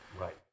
Right